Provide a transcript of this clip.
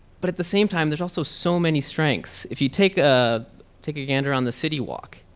but at the same time there's also so many strengths. if you take ah take a gander on the city walk,